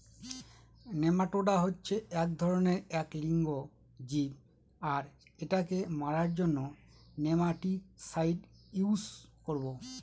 nematoda হচ্ছে এক ধরনের এক লিঙ্গ জীব আর এটাকে মারার জন্য নেমাটিসাইড ইউস করবো